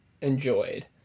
enjoyed